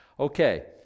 Okay